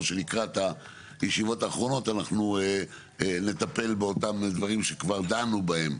שלקראת הישיבות האחרונות אנחנו נטפל באותם דברים שכבר דנו בהם.